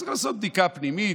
צריך לעשות בדיקה פנימית,